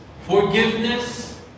forgiveness